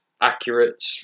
accurate